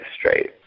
straight